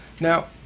Now